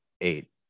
eight